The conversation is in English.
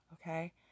okay